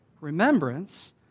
remembrance